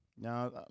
Now